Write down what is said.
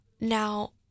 Now